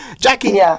Jackie